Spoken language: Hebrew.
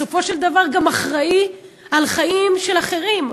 בסופו של דבר הוא גם אחראי לחיים של אחרים.